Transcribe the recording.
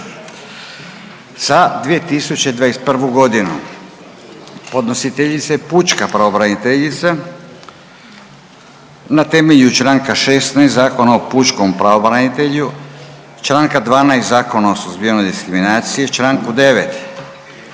za 2021.g. Podnositeljica je pučka pravobraniteljica na temelju čl. 16. Zakona o pučkom pravobranitelju, čl. 12. Zakona o suzbijanju diskriminacije, čl. 9.